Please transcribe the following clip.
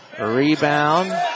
rebound